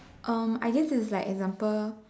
um I guess it's like example